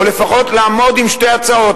או לפחות לעמוד עם שתי הצעות,